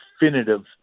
definitive